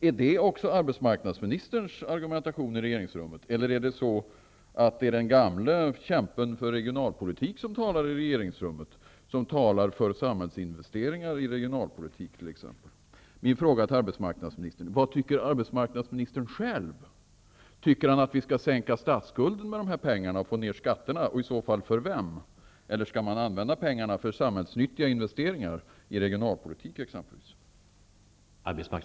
Är det också arbetsmarknadsministerns argumentation i regeringsrummet, eller är det den gamle kämpen för regionalpolitik som i regeringsrummet talar för samhällsinvesteringar och regionalpolitik? Mina frågor till arbetsmarknadsministern är: Vad tycker arbetsmarknadsministern själv? Tycker han att man skall sänka statsskulden med dessa pengar och därigenom få ned skatterna, och i så fall för vem? Eller skall man använda pengarna för samhällsnyttiga investeringar i regionalpolitiken?